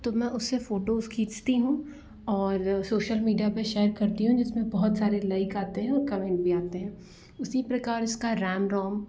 तो मैं उससे फ़ोटोज़ खींचती हूँ और सोशल मीडिया पे शेयर करती हूँ जिसमें बहुत सारे लाइक आते हैं और कमेंट भी आते हैं उसी प्रकार इसका रैम रोम